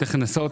צריך לנסות